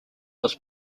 was